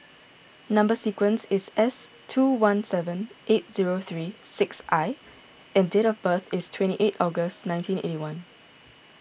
Number Sequence is S two one seven eight zero three six I and date of birth is twenty eight August nineteen eighty one